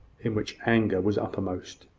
in which anger was uppermost.